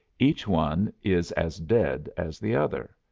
each one is as dead as the other.